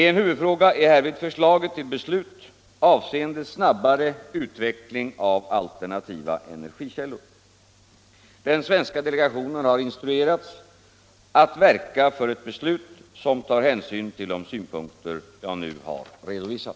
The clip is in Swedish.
En huvudfråga är härvid förslaget till beslut avseende snabbare utveckling av alternativa energikällor. Den svenska delegationen har instruerats att verka för ett beslut som tar hänsyn till de synpunkter jag nu har redovisat.